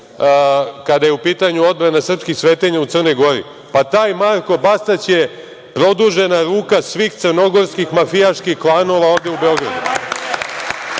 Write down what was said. kada je u pitanju odbrana srpskih svetinja u Crnoj Gori, pa taj Marko Bastać je produžena ruka svih crnogorskih mafijaških klanova ovde u Beogradu.